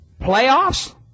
Playoffs